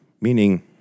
meaning